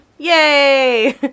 Yay